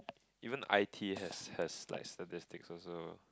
even I T has has like statistics also